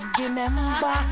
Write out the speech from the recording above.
remember